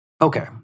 Okay